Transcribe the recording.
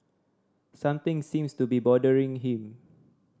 something seems to be bothering him